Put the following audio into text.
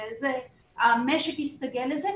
המשק הסתגל לזה,